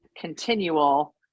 continual